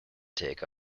take